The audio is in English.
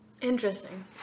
Interesting